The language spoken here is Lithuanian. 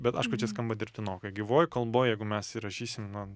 bet aišku čia skamba dirbtinokai gyvoj kalboj jeigu mes įrašysim na